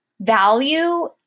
value